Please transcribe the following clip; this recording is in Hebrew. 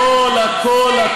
הכול,